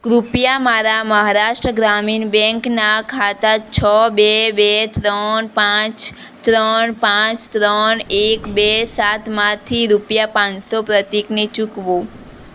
કૃપયા મારા મહારાષ્ટ્ર ગ્રામીણ બેંકના ખાતા છ બે બે ત્રણ પાંચ ત્રણ પાંચ ત્રણ એક બે સાતમાંથી રૂપિયા પાંચસો પ્રતીકને ચૂકવો